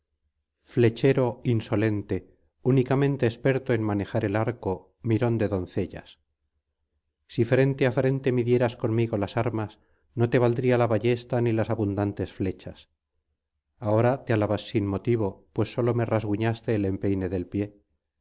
flechero insolente únicamente experto en manejar el arco mirón de doncellas si frente á frente midieras conmigo las armas no te valdría la ballesta ni las abundantes flechas ahora te alabas sin motivo pues sólo me rasguñaste el empeine del pie